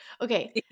Okay